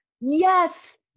Yes